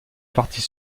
partie